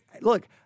look